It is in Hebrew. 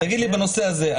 תגיד לי בנושא הזה,